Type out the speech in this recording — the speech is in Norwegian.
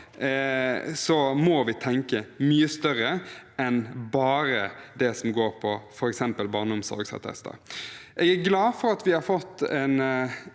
av, må vi tenke mye større enn bare det som går på f.eks. barneomsorgsattester. Jeg er glad for at vi har fått en